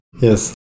Yes